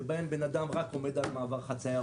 שבהם בן אדם רק עומד על מעבר חציה,